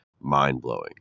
mind-blowing